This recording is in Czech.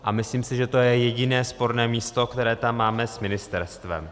A myslím si, že to je jediné sporné místo, které tam máme s ministerstvem.